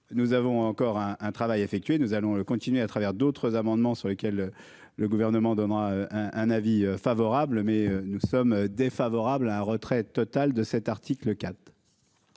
Nous avons encore un, un travail effectué. Nous allons continuer à travers d'autres amendements sur lesquels le gouvernement donnera un avis favorable mais nous sommes défavorables à un retrait total de cet article 4.